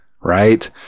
right